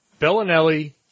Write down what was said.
Bellinelli